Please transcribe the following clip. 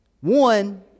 One